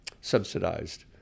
subsidized